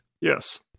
Yes